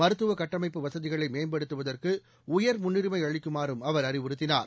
மருத்துவ கட்டமைப்பு வசதிகளை மேம்படுத்துவற்கு உயர் முன்னுரிமை அளிக்குமாறும் அவர் அறிவுறுத்தினார்